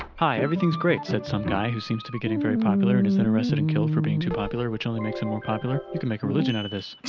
hi, everything's great, said some guy who seems to be getting very popular, and is then arrested and killed for being too popular, which only makes him more popular. you could make a religion out of this.